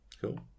Cool